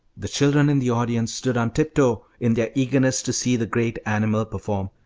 the children in the audience stood on tiptoe in their eagerness to see the great animal perform,